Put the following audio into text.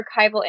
archival